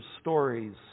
stories